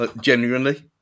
genuinely